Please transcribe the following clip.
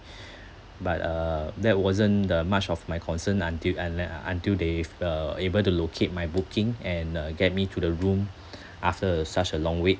but uh there wasn't the much of my concern until unle~ u~ until they've uh able to locate my booking and uh get me to the room after such a long wait